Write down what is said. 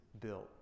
built